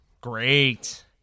Great